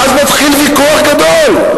ואז מתחיל ויכוח גדול: